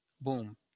boom